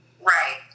Right